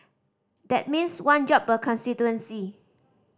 that means one job per constituency